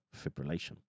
fibrillation